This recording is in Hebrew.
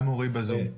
גם אורי בזום.